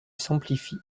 s’amplifie